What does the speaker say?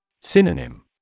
Synonym